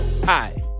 Hi